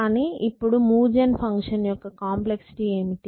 కానీ ఇప్పుడు move gen function యొక్క కాంప్లెక్సిటీ ఏమిటి